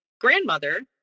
grandmother